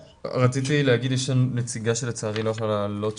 יש נציגה של החינוך הממלכתי דתי שלצערי לא יכלה לעלות.